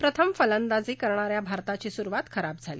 प्रथम फलंदाजी करणा या भारताची सुरुवात खराब झाली